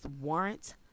warrant